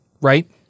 Right